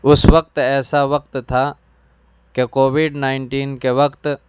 اس وقت ایسا وقت تھا کہ کووڈ نائنٹین کے وقت